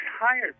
hired